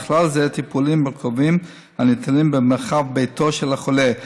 ובכלל זה טיפולים מורכבים הניתנים במרחב ביתו של החולה.